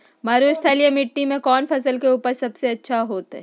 मरुस्थलीय मिट्टी मैं कौन फसल के उपज सबसे अच्छा होतय?